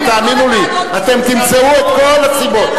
אף פעם לא הגיעו לרמה הזאת.